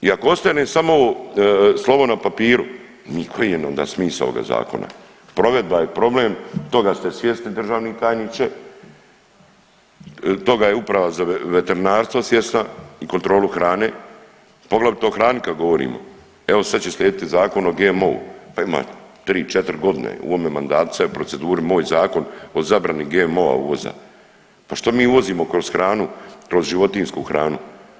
I ako ostane samo slovo na papru … [[Govornik se ne razumije]] smisao ovoga zakona, provedba je problem, toga ste svjesni državni tajniče, toga je uprava za veterinarstvo svjesna i kontrolu hrane poglavito o hrani kad govorimo, evo sad će slijedi Zakon o GMO-u, pa ima 3-4 godine u ovome mandatu sad je u proceduri moj zakon o zabrani GMO-a uvoza, pa što mi uvozimo kroz hranu i to životinjsku hranu.